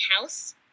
house